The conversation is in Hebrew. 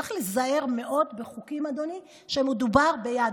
צריך להיזהר מאוד בחוקים, אדוני, כשמדובר ביהדות,